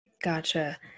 Gotcha